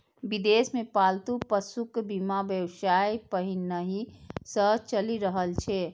विदेश मे पालतू पशुक बीमा व्यवसाय पहिनहि सं चलि रहल छै